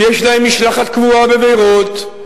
שיש להם משלחת קבועה בביירות,